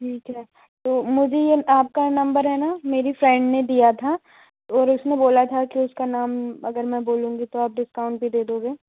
ठीक है तो मुझे आपका नम्बर है न मेरी फ्रेंड ने दिया था और उसने बोला था कि उसका नाम अगर मैं बोलूंगी तो आप डिस्काउंट भी दे दोगे